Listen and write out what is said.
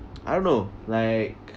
I don't know like